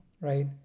right